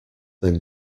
then